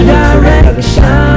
direction